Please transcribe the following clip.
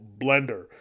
blender